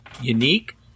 unique